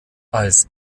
als